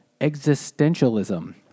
existentialism